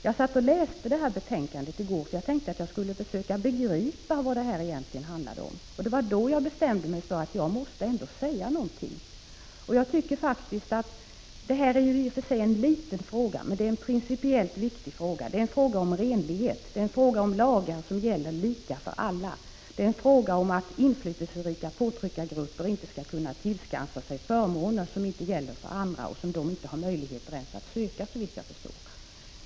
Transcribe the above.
Jag satt och läste det här betänkandet i går, eftersom jag ville begripa vad det egentligen handlar om. Det var då jag bestämde mig för att jag ändå måste säga något. Det här är i och för sig en liten fråga, men den är principiellt viktig. Det är en fråga om renlighet, en fråga om lagar som skall gälla lika för alla, en fråga om att inflytelserika påtryckargrupper inte skall kunna tillskansa sig förmåner som inte gäller för andra och som dessa andra så vitt jag förstår inte heller har möjlighet att söka.